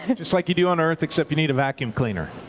and just like you do on earth except you need a vacuum cleaner.